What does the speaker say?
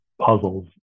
puzzles